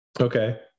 okay